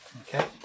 Okay